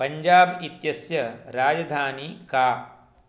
पञ्जाब इत्यस्य राजधानी का